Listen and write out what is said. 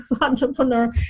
entrepreneur